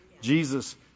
Jesus